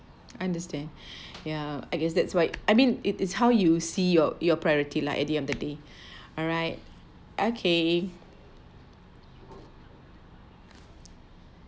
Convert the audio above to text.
understand ya I guess that's why I mean it is how you see your your priority lah at the end of the day alright okay